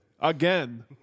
Again